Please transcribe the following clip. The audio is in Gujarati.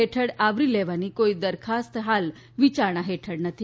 હેઠળ આવરી લેવાની કોઇ દરખાસ્ત હાલ વિચારણા હેઠળ નથી